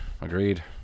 Agreed